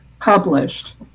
published